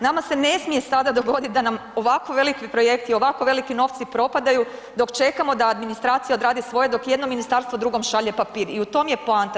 Nama se ne smije sada dogodit da nam ovako veliki projekti, ovako velike novci propadaju dok čekamo da nam administracija odradi svoje dok jedno ministarstvo drugom šalje papir i u tom je poanta.